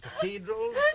cathedrals